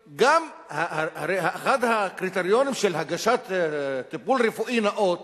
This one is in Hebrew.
הרי אחד הקריטריונים של הגשת טיפול רפואי נאות